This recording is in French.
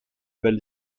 bâle